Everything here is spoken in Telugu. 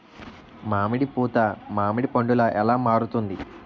మామిడి పూత మామిడి పందుల ఎలా మారుతుంది?